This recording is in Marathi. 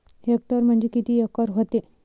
हेक्टर म्हणजे किती एकर व्हते?